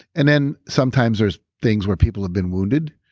and then sometimes there's things where people have been wounded.